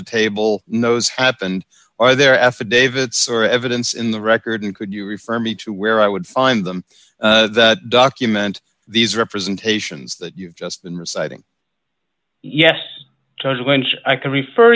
the table knows happened or there affidavit or evidence in the record could you refer me to where i would find them the document these representations that you've just been reciting yes judge lynch i can refer